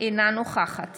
אינה נוכחת